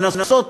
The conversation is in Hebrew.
לנסות